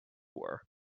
were